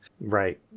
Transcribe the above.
Right